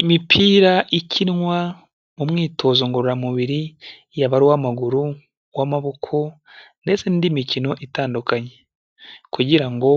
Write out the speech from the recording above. Imipira ikinwa mu mwitozo ngororamubiri yaba ari uw'amaguru, uw'amaboko ndetse n'indi mikino itandukanye kugira ngo